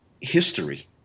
history